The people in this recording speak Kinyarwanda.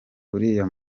uriya